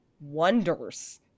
wonders